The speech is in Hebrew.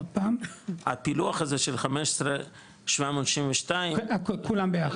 הפילוח הזה של 15,762, כולם ביחד.